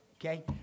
Okay